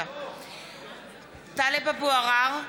(קוראת בשמות חברי הכנסת) טלב אבו עראר,